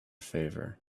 favor